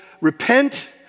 repent